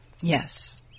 Yes